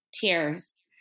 tears